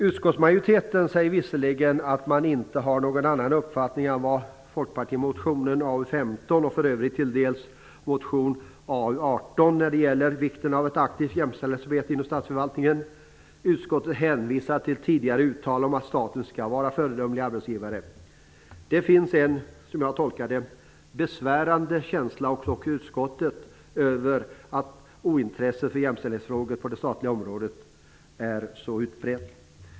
Utskottsmajoriteten säger visserligen att man inte har någon annan uppfattning än den som förespråkas i folkpartimotionen A15, och även delvis i A18, när det gäller vikten av ett aktivt jämställdhetsarbete inom statsförvaltningen. Utskottet hänvisar till tidigare uttalande om att staten skall vara en föredömlig arbetsgivare. Det finns en, som jag tolkar det, besvärande känsla också hos utskottet över att ointresset för jämställdhetsfrågor är så utbrett på det statliga området.